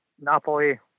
Napoli